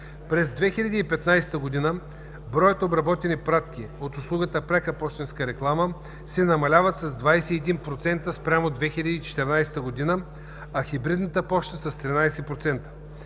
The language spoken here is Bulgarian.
През 2015 г. броят обработени пратки от услугата „пряка пощенска реклама“ намалява с 21% спрямо 2014 г., а „хибридната поща“ – с 13%.